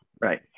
Right